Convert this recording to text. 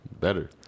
better